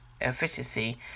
efficiency